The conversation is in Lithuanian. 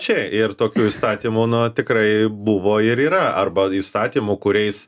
čia ir tokių įstatymų na tikrai buvo ir yra arba įstatymų kuriais